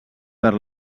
per